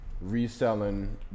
reselling